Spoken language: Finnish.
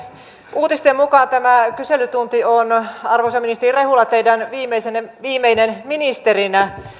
uutisten mukaan tämä kyselytunti on arvoisa ministeri rehula teidän viimeinen ministerinä